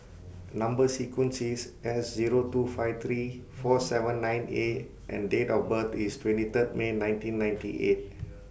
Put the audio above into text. Number sequence IS S Zero two five three four seven nine A and Date of birth IS twenty three May nineteen ninety eight